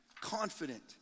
confident